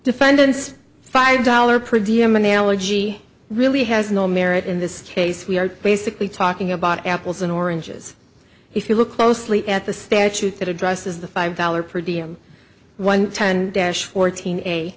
defendant's five dollar priddy i'm analogy really has no merit in this case we are basically talking about apples and oranges if you look closely at the statute that addresses the five dollars for d m one ten dash fourteen a